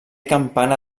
campana